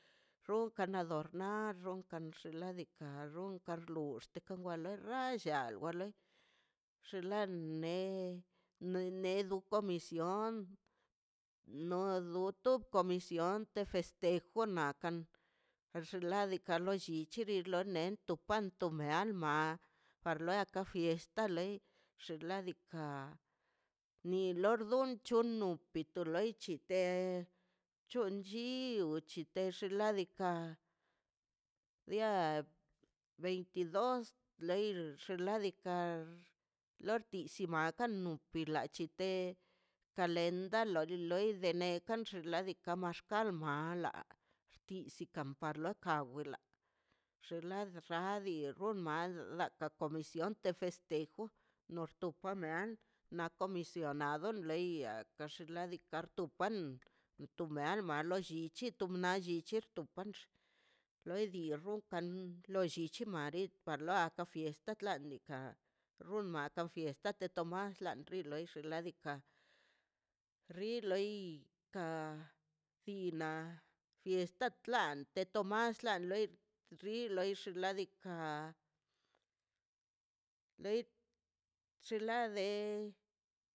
Runkan adornar runka xinladinka luxte ka wan loi ralla wa loi xinla ne nedu comisión no duto comisión de festejo nakan xinladika lo llichiri loi neto kanto me alma arlo a fiesta wa lei xinladika ni lordunch uno pito loi chite chon chi wgu chinte ladika día ventidos xinladika lor tikzima ka kwila chite kalenda wa lo loi de nekan xinladika max to mala isi kampar lokar buela xinla radi di rumba laka comisión de festejo urka men na comisión na do leia tu xinladika tukan utuma mea lo llichi tu mea lo llichi loi di runkan lo llichiri mari par la a fiesta ḻa diikaꞌ runma la fiesta de tomás rin loi xinladika riloi ka bina fiesta klan te tomas la loi riloi ix ladika loi xinlade